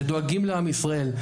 שדואגים לעם ישראל,